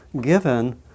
given